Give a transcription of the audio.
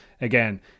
again